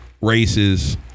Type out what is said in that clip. Races